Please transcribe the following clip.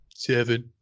Seven